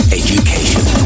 education